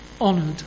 honoured